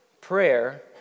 Prayer